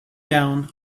down